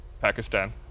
Pakistan